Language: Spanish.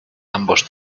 ambos